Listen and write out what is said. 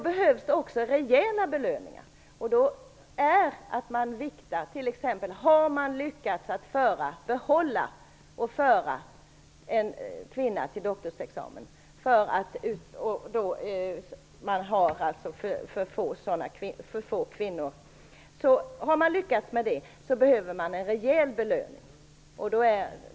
Belöningen kan t.ex. ske i form av viktning. Har man lyckats föra en kvinna fram till doktorsexamen och behålla henne, behövs en rejäl belöning. Vi har för få sådana kvinnor.